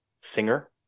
singer